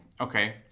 Okay